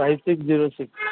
five six zero six